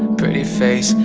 pretty face,